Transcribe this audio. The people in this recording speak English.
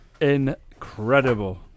incredible